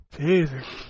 Jesus